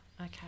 Okay